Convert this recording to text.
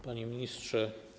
Panie Ministrze!